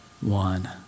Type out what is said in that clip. one